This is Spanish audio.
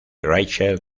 rachel